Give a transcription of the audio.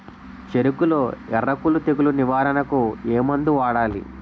చెఱకులో ఎర్రకుళ్ళు తెగులు నివారణకు ఏ మందు వాడాలి?